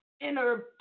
inner